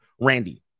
Randy